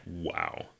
Wow